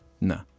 No